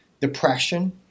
depression